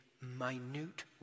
minute